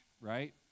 right